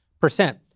percent